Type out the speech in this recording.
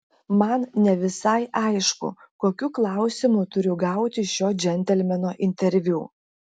man ne visai aišku kokiu klausimu turiu gauti šio džentelmeno interviu